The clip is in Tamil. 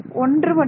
ஒன்று மட்டும்